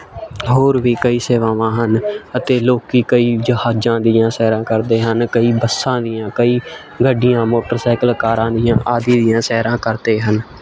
ਹੋਰ ਵੀ ਕਈ ਸੇਵਾਵਾਂ ਹਨ ਅਤੇ ਲੋਕ ਕਈ ਜਹਾਜਾਂ ਦੀਆਂ ਸੈਰਾਂ ਕਰਦੇ ਹਨ ਕਈ ਬੱਸਾਂ ਦੀਆਂ ਕਈ ਗੱਡੀਆਂ ਮੋਟਰਸਾਈਕਲ ਕਾਰਾਂ ਦੀਆਂ ਆਦਿ ਦੀਆਂ ਸੈਰਾਂ ਕਰਦੇ ਹਨ